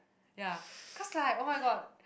ya cause like oh-my-god